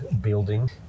building